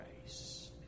grace